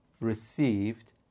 received